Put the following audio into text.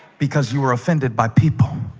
because you were offended by people